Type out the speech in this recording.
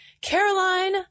Caroline